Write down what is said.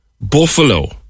buffalo